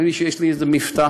אומרים לי שיש לי איזה מבטא.